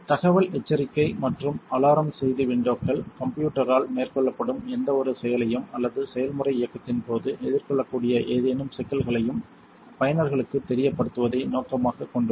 தகவல் எச்சரிக்கை மற்றும் அலாரம் செய்தி விண்டோக்கள் கம்ப்யூட்டரால் மேற்கொள்ளப்படும் எந்தவொரு செயலையும் அல்லது செயல்முறை இயக்கத்தின் போது எதிர்கொள்ளக்கூடிய ஏதேனும் சிக்கல்களையும் பயனர்களுக்குத் தெரியப்படுத்துவதை நோக்கமாகக் கொண்டுள்ளது